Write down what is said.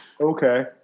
Okay